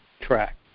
Track